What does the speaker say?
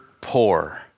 Poor